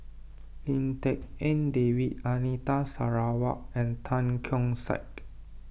Lim Tik En David Anita Sarawak and Tan Keong Saik